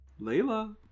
Layla